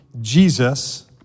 Jesus